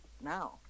now